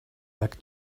back